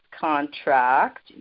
contract